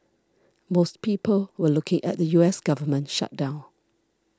most people were looking at the U S government shutdown